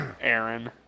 Aaron